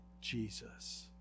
Jesus